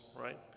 right